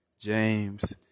James